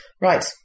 Right